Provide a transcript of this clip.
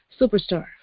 superstar